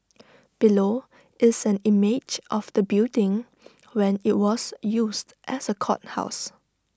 below is an image of the building when IT was used as A courthouse